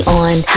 on